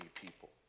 people